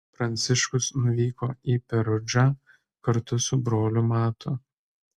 pranciškus nuvyko į perudžą kartu su broliu matu